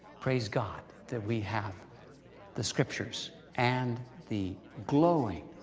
praise god that we have the scriptures, and the glowing,